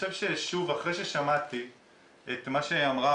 אחרי ששמעתי מה שאמרה,